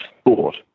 sport